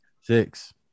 Six